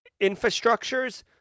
infrastructures